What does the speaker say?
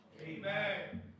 Amen